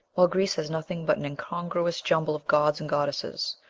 while greece has nothing but an incongruous jumble of gods and goddesses,